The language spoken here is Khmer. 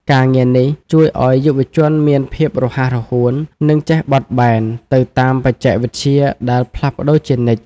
ការងារនេះជួយឱ្យយុវជនមានភាពរហ័សរហួន និងចេះបត់បែនទៅតាមបច្ចេកវិទ្យាដែលផ្លាស់ប្តូរជានិច្ច។